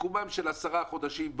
בסיכומם של עשרה חודשים,